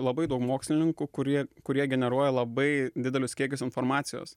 labai daug mokslininkų kurie kurie generuoja labai didelius kiekius informacijos